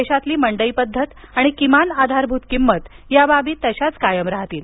देशातील मंडई पद्धत आणि किमान आधारभूत किंमत या बाबी तशाच कायम राहतील